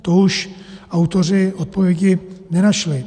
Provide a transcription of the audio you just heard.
To už autoři odpovědi nenašli.